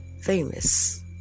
famous